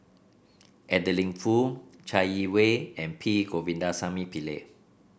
Adeline Foo Chai Yee Wei and P Govindasamy Pillai